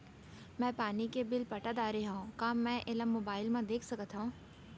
मैं पानी के बिल पटा डारे हव का मैं एला मोबाइल म देख सकथव?